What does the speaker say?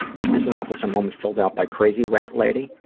this is an awfulsome moment filled out by crazy rat lady.